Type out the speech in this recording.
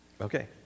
Okay